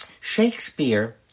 Shakespeare